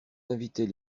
invitait